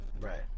right